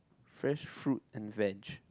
fresh fruit and veg